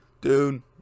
dude